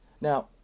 Now